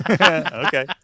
Okay